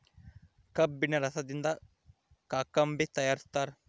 ಕಬ್ಬಿಣ ರಸದಿಂದ ಕಾಕಂಬಿ ತಯಾರಿಸ್ತಾರ